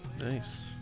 Nice